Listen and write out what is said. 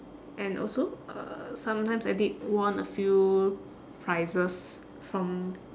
and also uh sometimes I did won a few prizes from